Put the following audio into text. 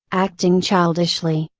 acting childishly.